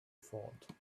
thought